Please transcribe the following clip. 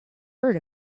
heard